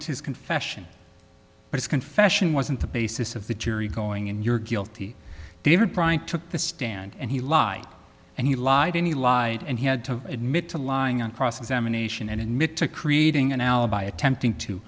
his confession as confession wasn't the basis of the jury going in you're guilty david bryant took the stand and he lied and he lied and he lied and he had to admit to lying on cross examination and admit to creating an alibi attempting to